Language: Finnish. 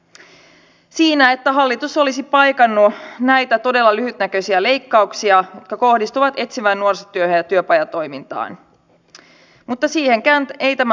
nyt kun sitten nämä itsensätyöllistävät saavat jatkossa paremmin keikkoja ja ottaa vastaan he muuttuvat myös yrittäjiksi ja myös toiminimiyrittäjälle laajennetaan nyt tämä työttömyysturva